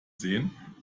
sehen